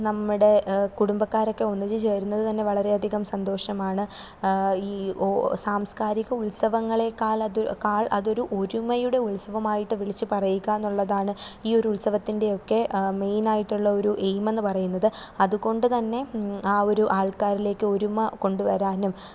നമ്മുടെ കുടുംബക്കാരൊക്കെ ഒന്നിച്ചുചേരുന്നത് തന്നെ വളരെ അധികം സന്തോഷമാണ് ഈ സാംസ്കാരിക ഉത്സവങ്ങളേക്കാൾ അത് ക്കാൾ അതൊരു ഒരുമയുടെ ഉത്സവമായിട്ട് വിളിച്ച് പറയുക എന്നുള്ളതാണ് ഈ ഒരു ഉത്സവത്തിൻ്റെയൊക്കെ മെയിൻ ആയിട്ടുള്ള ഒരു എയിം എന്ന് പറയുന്നത് അതുകൊണ്ട് തന്നെ ആ ഒരു ആൾക്കാരിലേക്ക് ഒരുമ കൊണ്ടുവരാനും